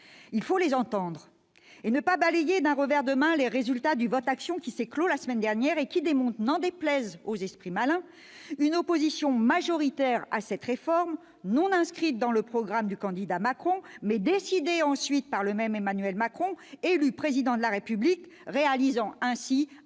Il faut les entendre et ne pas balayer d'un revers de main les résultats du « vot'action » qui s'est clos la semaine dernière et qui démontre, n'en déplaise aux esprits malins, une opposition majoritaire à cette réforme. Celle-ci n'était d'ailleurs pas inscrite dans le programme du candidat Macron, mais elle a été décidée ensuite par celui-ci, une fois élu Président de la République, réalisant ainsi un voeu